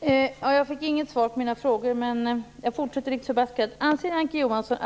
Herr talman! Jag fick inget svar på mina frågor, men jag fortsätter lik förbaskat att ställa dem. Anser Ann-Kristine Johansson